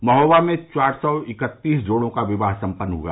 महोबा में चार सौ इकत्तीस जोड़ों का विवाह संपन्न हुआ